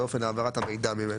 ואופן העברת המידע ממנו.